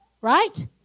right